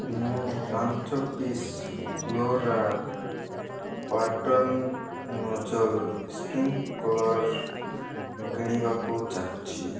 ମୁଁ ପାଞ୍ଚ piece flora pattern nozzle sprinkler କିଣିବାକୁ ଚାହୁଁଛି